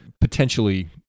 potentially